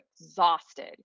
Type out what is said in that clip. exhausted